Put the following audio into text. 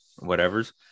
whatever's